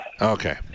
Okay